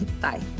Bye